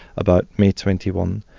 about may twenty one.